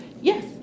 Yes